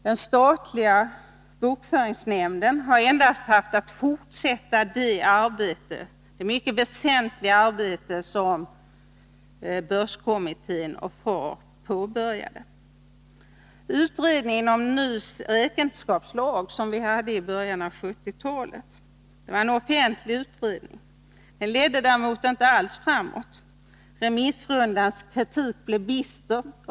Den statliga bokföringsnämnden har endast haft att fortsätta det mycket väsentliga arbete som börskommittén och FAR påbörjade. Den offentliga utredningen om en ny räkenskapslag, som vi hade i början av 1970-talet, ledde däremot inte alls frammåt. Remissrundans kritik blev bister.